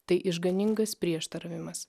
tai išganingas prieštaravimas